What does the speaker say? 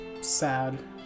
sad